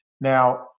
Now